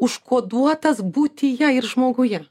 užkoduotas būtyje ir žmoguje